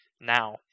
Now